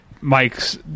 Mike's